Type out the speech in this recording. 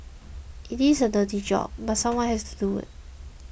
it is a dirty job but someone has to do it